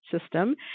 system